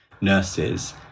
nurses